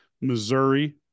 Missouri